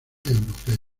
europea